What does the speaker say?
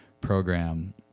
program